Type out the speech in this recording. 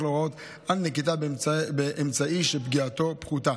להורות על נקיטת אמצעי שפגיעתו פחותה.